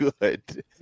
good